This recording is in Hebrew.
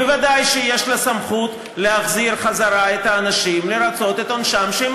ודאי שיש לה סמכות להחזיר בחזרה את האנשים לרצות את העונש שהם